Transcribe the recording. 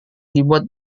dibuat